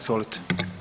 Izvolite.